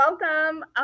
welcome